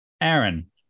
Aaron